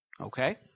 Okay